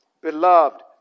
Beloved